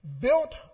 built